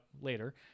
later